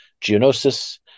Geonosis